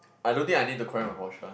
I don't think I need to correct my posture